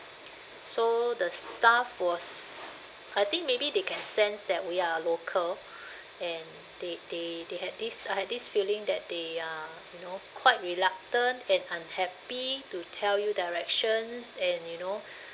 so the staff was I think maybe they can sense that we are local and they they they had this I had this feeling that they are you know quite reluctant and unhappy to tell you directions and you know